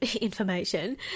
information